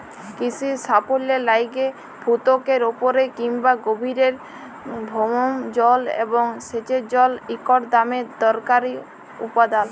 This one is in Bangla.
কিসির সাফল্যের লাইগে ভূত্বকের উপরে কিংবা গভীরের ভওম জল এবং সেঁচের জল ইকট দমে দরকারি উপাদাল